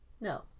No